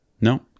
No